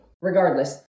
Regardless